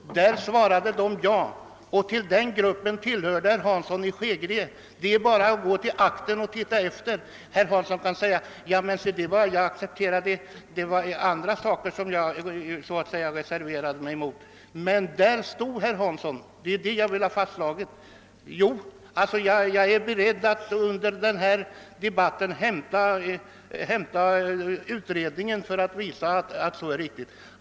På den frågan svarade man ja, och till den gruppen hörde herr Hansson i Skegrie. Det är bara att gå till akterna och se efter. Herr Hansson kan säga: Det var andra saker som jag reserverade mig emot. Men där stod herr Hansson vid det tillfället. Det är det jag vill ha fastslaget, och jag är beredd att under denna debatt hämta utredningens betänkande för att visa att det är riktigt.